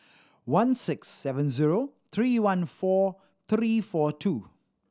one six seven zero three one four three four two